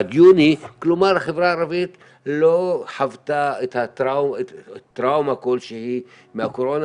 כלומר החברה הערבית לא חוותה טראומה כלשהי מהקורונה